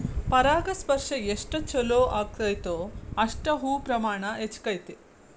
ಪರಾಗಸ್ಪರ್ಶ ಎಷ್ಟ ಚುಲೋ ಅಗೈತೋ ಅಷ್ಟ ಹೂ ಪ್ರಮಾಣ ಹೆಚ್ಚಕೈತಿ